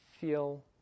feel